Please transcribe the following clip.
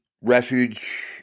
refuge